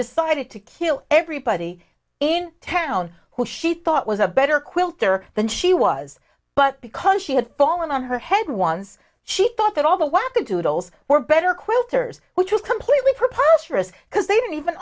decided to kill everybody in town who she thought was a better quilter than she was but because she had fallen on her head once she thought that all the welcome to it alls were better quilters which was completely preposterous because they don't even